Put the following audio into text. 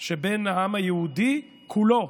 שבין העם היהודי כולו,